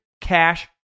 cash